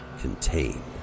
Contain